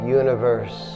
universe